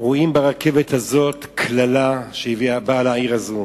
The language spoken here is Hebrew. רואים ברכבת הזאת קללה שבאה על העיר הזאת.